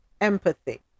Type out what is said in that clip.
empathy